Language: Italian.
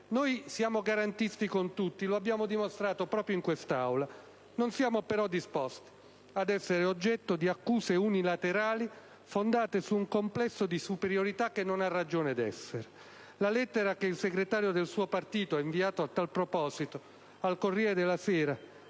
Noi siamo garantisti con tutti, e lo abbiamo dimostrato proprio in quest'Aula. Non siamo però disposti ad essere oggetto di accuse unilaterali fondate su un complesso di superiorità che non ha ragione di essere. La lettera che il segretario del suo partito ha inviato in tal proposito al «Corriere della Sera»,